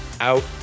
out